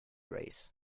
rays